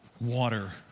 water